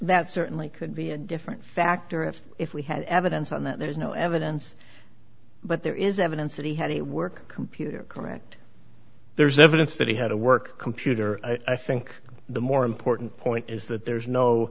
that certainly could be a different factor if if we had evidence on that there's no evidence but there is evidence that he had a work computer correct there's evidence that he had a work computer i think the more important point is that there is no